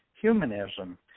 humanism